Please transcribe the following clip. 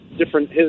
different